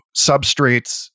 substrates